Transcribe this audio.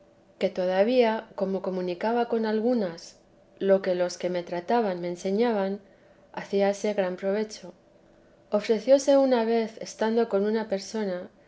que todavía como comunicaba con algunas lo que los que me t ban me enseñaban hacíase gran provecho ofreciós vez estando con una persona